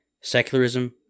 Secularism